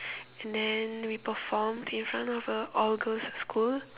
and than we performed in front of a all girls school